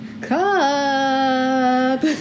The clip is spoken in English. Cup